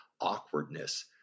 awkwardness